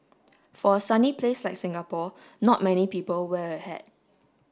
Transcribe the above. for a sunny place like Singapore not many people wear a hat